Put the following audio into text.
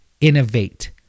innovate